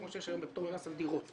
כמו שיש היום בפטור ממס על דירות,